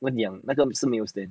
那个是没有 stand